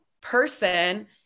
person